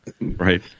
right